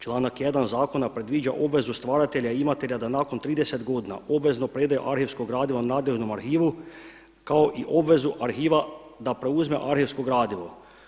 Članak 1. zakona predviđa obvezu stvaratelja i imatelja da nakon 30 godina obvezno predaju arhivsko gradivo nadležnom arhivu kao i obvezu arhiva da preuzima arhivsko gradivo.